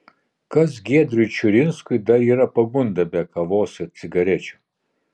kas giedriui čiurinskui dar yra pagunda be kavos ir cigarečių